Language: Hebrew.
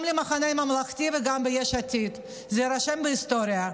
גם למחנה הממלכתי וגם ליש עתיד זה יירשם בהיסטוריה.